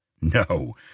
No